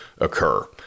occur